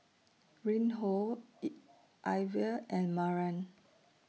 Reinhold Iver and Maren